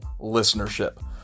listenership